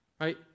right